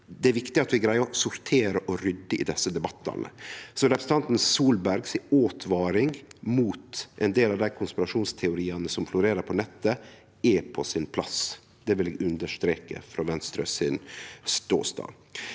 Det er viktig at vi greier å sortere og rydde i desse debattane. Så åtvaringa frå representanten Solberg mot ein del av konspirasjonsteoriane som florerer på nettet, er på sin plass. Det vil eg understreke frå Venstres ståstad.